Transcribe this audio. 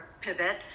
pivot